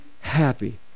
happy